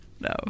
no